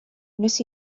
wnes